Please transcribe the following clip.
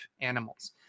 animals